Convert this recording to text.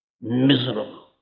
Miserable